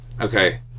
Okay